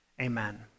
amen